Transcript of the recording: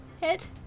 hit